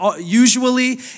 usually